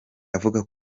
avuga